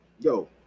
yo